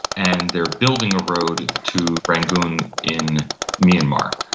and they are building a road to rangoon in myanmar.